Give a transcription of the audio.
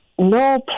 No